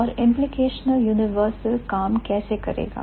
और implicational universal काम कैसे करेगा